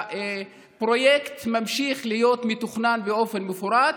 והפרויקט ממשיך להיות מתוכנן באופן מפורט,